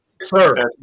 sir